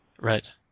Right